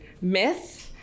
myth